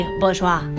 bourgeois